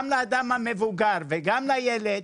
גם לאדם המבוגר וגם לילד.